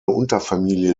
unterfamilie